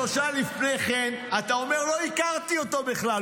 שלושה לפני כן אתה אומר: לא הכרתי אותו בכלל,